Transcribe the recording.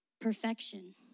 perfection